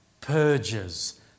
purges